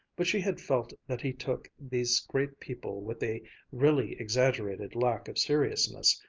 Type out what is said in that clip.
but she had felt that he took these great people with a really exaggerated lack of seriousness,